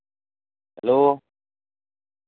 hello